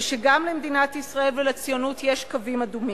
ושגם למדינת ישראל ולציונות יש קווים אדומים,